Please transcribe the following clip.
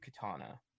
Katana